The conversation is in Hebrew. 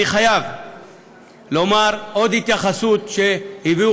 אני חייב לומר עוד התייחסות שהביאו